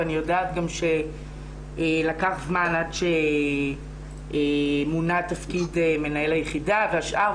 ואני יודעת גם שלקח זמן עד שמונה תפקיד מנהל היחידה והשאר,